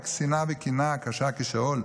רק שנאה וקנאה קשה כשאול.